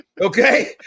Okay